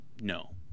no